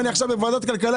אני עכשיו בוועדת כלכלה,